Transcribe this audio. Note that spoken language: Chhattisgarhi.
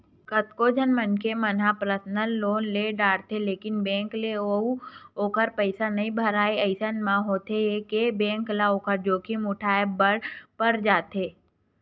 कतको झन मनखे मन ह पर्सनल लोन ले डरथे रहिथे बेंक ले अउ ओखर पइसा नइ भरय अइसन म होथे ये के बेंक ल ओखर जोखिम उठाय बर पड़ जाथे